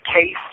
case